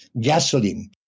gasoline